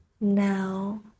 Now